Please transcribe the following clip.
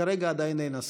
כרגע עדיין אין הסכמה.